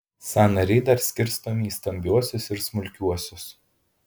sąnariai dar skirstomi į stambiuosius ir smulkiuosius